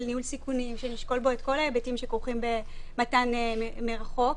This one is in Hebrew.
ניהול סיכונים שנשקול בו את כל ההיבטים שכרוכים במתן מרחוק,